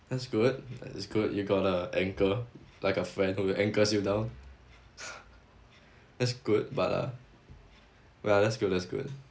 that's good that is good you got a anchor like a friend who will anchors you down that's good but uh ya that's good that's good